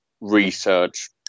research